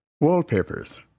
wallpapers